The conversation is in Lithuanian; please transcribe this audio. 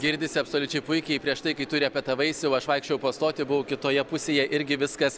girdisi absoliučiai puikiai prieš tai kai turi repetavaisi o aš vaikščiojau po stotį buvau kitoje pusėje irgi viskas